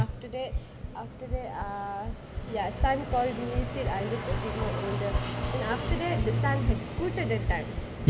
after that after that ah ya sun called me said I looked a bit older then after that the sun has scooter that time